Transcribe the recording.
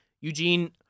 Eugene